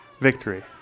victory